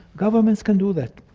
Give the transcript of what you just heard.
governments can do that.